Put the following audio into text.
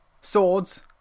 swords